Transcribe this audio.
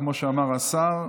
כמו שאמר השר,